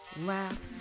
Laugh